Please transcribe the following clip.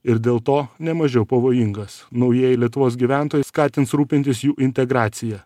ir dėl to ne mažiau pavojingas naujieji lietuvos gyventojai skatins rūpintis jų integracija